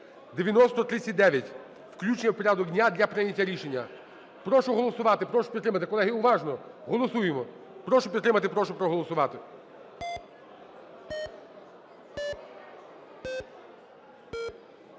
9039 – включення в порядок дня для прийняття рішення. Прошу голосувати, прошу підтримати, колеги, уважно голосуємо. Прошу підтримати, прошу проголосувати.